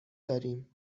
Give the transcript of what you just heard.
داریم